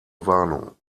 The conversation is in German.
warnung